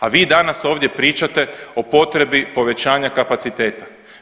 A vi danas ovdje pričate o potrebi povećanja kapaciteta.